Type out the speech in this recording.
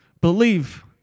Believe